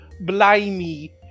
Blimey